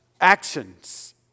actions